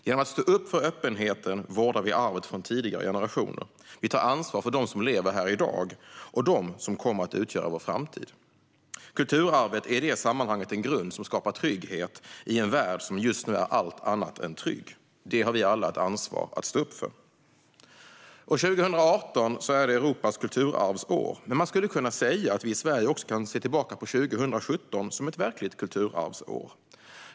Genom att stå upp för öppenheten vårdar vi arvet från tidigare generationer, och vi tar ansvar för dem som lever här i dag och för dem som kommer att utgöra vår framtid. Kulturarvet är i det sammanhanget en grund som skapar trygghet i en värld som just nu är allt annat än trygg. Detta har vi alla ett ansvar att stå upp för. År 2018 är Europas kulturarvsår, men man skulle kunna säga att vi i Sverige också kan se tillbaka på 2017 som ett verkligt kulturarvsår.